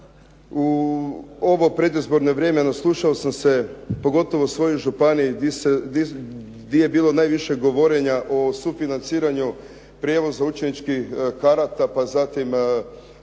U ovo predizborno vrijeme naslušao sam se pogotovo u svojoj županiji gdje je bilo najviše govorenja o sufinanciranju prijevoza učeničkih karata, pa zatim